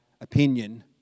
opinion